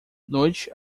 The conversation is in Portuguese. noite